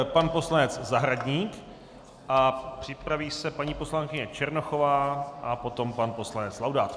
Pan poslanec Zahradník, připraví se paní poslankyně Černochová a potom pan poslanec Laudát.